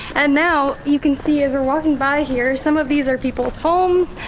and now you can see, as we're walking by here, some of these are people's homes